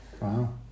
Wow